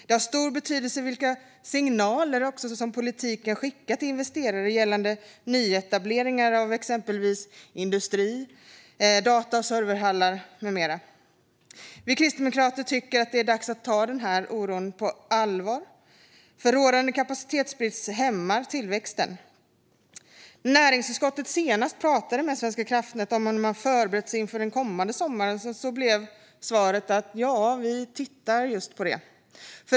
Det har stor betydelse vilka signaler politiken skickar till investerare vad gäller nyetableringar av exempelvis industri, data och serverhallar med mera. Kristdemokraterna tycker att det är dags att ta denna oro på allvar, för rådande kapacitetsbrist hämmar tillväxten. När näringsutskottet senast pratade med Svenska kraftnät om hur man förberett sig inför kommande sommar blev svaret att de just tittar på det.